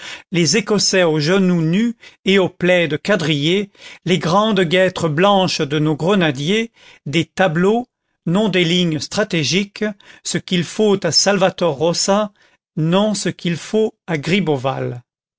les écossais aux genoux nus et aux plaids quadrillés les grandes guêtres blanches de nos grenadiers des tableaux non des lignes stratégiques ce qu'il faut à salvator rosa non ce qu'il faut